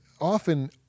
often